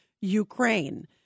Ukraine